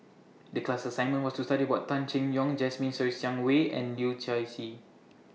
The class assignment was to study about Tan Seng Yong Jasmine Ser Xiang Wei and Leu Yew Chye